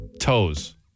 toes